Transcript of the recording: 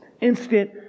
Instant